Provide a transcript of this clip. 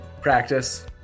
practice